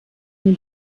den